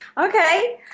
Okay